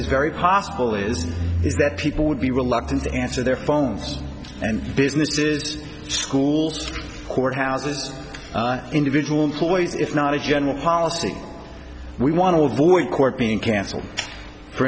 is very possible is is that people would be reluctant to answer their phones and businesses schools courthouses individual employees it's not a general policy we want to avoid court being canceled for